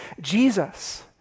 Jesus